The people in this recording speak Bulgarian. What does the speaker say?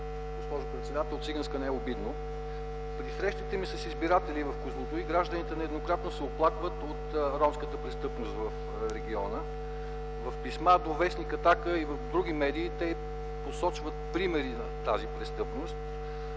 Госпожо председател, „циганска” не е обидно. При срещите ми с избиратели в Козлодуй гражданите нееднократно се оплакват от ромската престъпност в региона. В писмо до в. „Атака” и до други медии те посочват примери на тази престъпност.